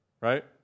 right